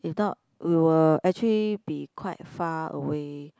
if not we will actually be quite far away